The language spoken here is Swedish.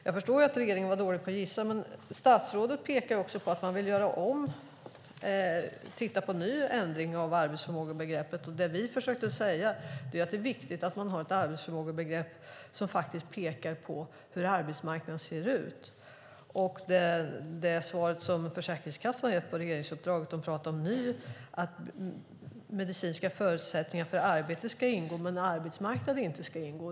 Jag förstår att regeringen var dålig på att gissa, men statsrådet pekar också på att man vill göra om och titta på en ny ändring av arbetsförmågebegreppet. Det vi försökte säga är att det är viktigt att man har ett arbetsförmågebegrepp som pekar på hur arbetsmarknaden ser ut. I det svar som Försäkringskassan har gett på regeringsuppdraget talar man om att medicinska förutsättningar för arbete ska ingå men att arbetsmarknad inte ska ingå.